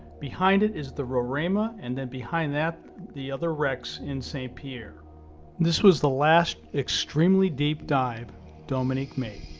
behind it is the roraima and then behind that the other wrecks in saint-pierre this was the last extremely deep dive dominique made.